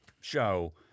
show